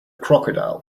crocodile